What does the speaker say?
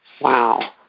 wow